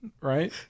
right